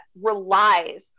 relies